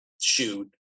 shoot